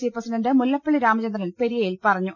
C president Mullappally Ramachandran പെരിയയിൽ പറഞ്ഞു